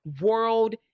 world